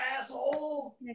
asshole